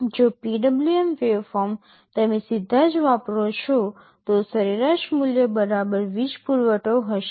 જો PWM waveform તમે સીધા જ વાપરો છો તો સરેરાશ મૂલ્ય બરાબર વીજ પુરવઠો હશે